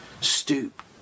Stoop